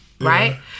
right